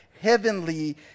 heavenly